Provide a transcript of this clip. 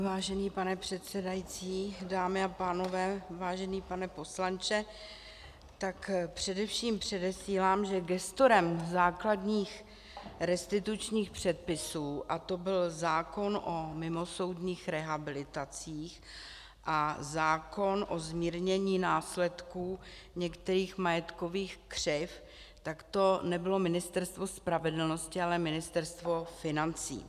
Vážený pane předsedající, dámy a pánové, vážený pane poslanče, především předesílám, že gestorem základních restitučních předpisů, a to byl zákon o mimosoudních rehabilitacích a zákon o zmírnění následků některých majetkových křivd, tak to nebylo Ministerstvo spravedlnosti, ale Ministerstvo financí.